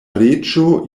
reĝo